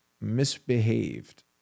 misbehaved